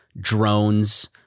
drones